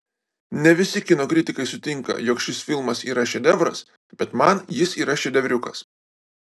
ne visi kino kritikai sutinka jog šis filmas yra šedevras bet man jis yra šedevriukas